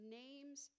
names